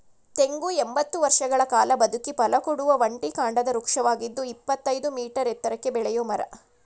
ತೆಂಗು ಎಂಬತ್ತು ವರ್ಷಗಳ ಕಾಲ ಬದುಕಿ ಫಲಕೊಡುವ ಒಂಟಿ ಕಾಂಡದ ವೃಕ್ಷವಾಗಿದ್ದು ಇಪ್ಪತ್ತಯ್ದು ಮೀಟರ್ ಎತ್ತರಕ್ಕೆ ಬೆಳೆಯೋ ಮರ